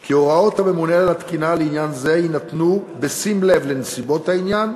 כי הוראות הממונה על התקינה לעניין זה יינתנו בשים לב לנסיבות העניין,